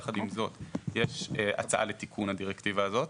יחד עם זאת, יש הצעה לתיקון הדירקטיבה הזאת